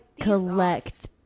collect